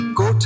go